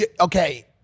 Okay